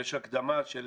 יש הקדמה של